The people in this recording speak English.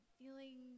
feeling